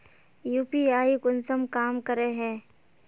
UPI कुंसम काम करे है?